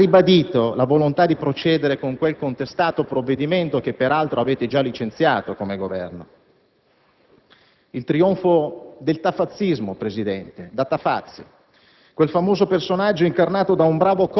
al parossismo del masochismo, ha ribadito la volontà di procedere con quel contestato provvedimento, che peraltro il Governo ha già licenziato. È il trionfo del tafazzismo, Presidente, da Tafazzi,